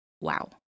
Wow